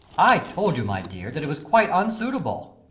i told you, my dear, that it was quite unsuitable.